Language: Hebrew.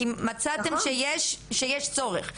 כי מצאתם לנכון שיש צורך.